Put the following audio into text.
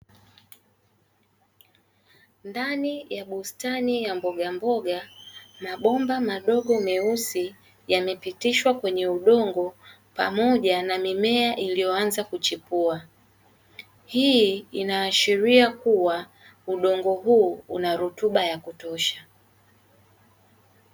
Ndani ya bustani ya mbogamboga mabomba madogo meusi yamepitishwa kwenye udongo pamoja na mimea iliyoanza kuchipua; hii inaashiria kuwa udongo huu una rutuba ya kutosha.